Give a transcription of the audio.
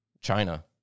China